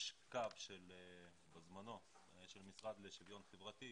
היה קו בזמנו של המשרד לשוויון חברתי,